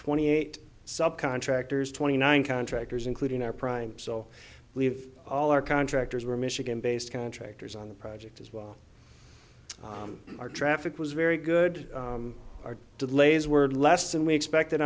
twenty eight sub contractors twenty nine contractors including our prime so leave all our contractors were michigan based contractors on the project as well our traffic was very good our delays were less than we expected